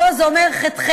שאפו, זה אומר ח"ח.